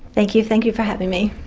thank you, thank you for having me.